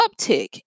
uptick